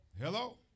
Hello